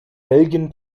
belgien